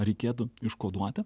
reikėtų iškoduoti